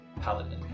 paladin